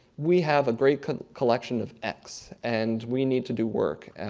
we have a great collection of x and we need to do work,